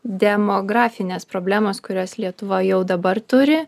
demografinės problemos kurios lietuva jau dabar turi